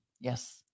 Yes